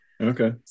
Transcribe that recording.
Okay